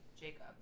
Jacob